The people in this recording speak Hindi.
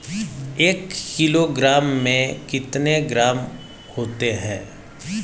एक किलोग्राम में कितने ग्राम होते हैं?